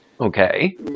Okay